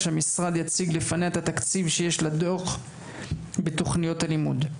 שהמשרד יציג לפניה את התקציב שיש לדו"ח בתכניות הלימוד.